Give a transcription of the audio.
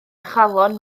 chalon